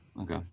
Okay